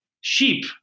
sheep